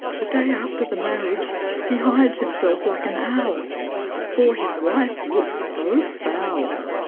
the day after the marriage he hides himself like an owl for his wife looks so foul.